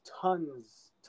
tons